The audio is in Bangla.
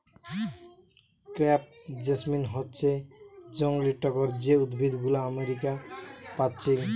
ক্রেপ জেসমিন হচ্ছে জংলি টগর যে উদ্ভিদ গুলো আমেরিকা পাচ্ছি